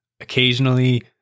occasionally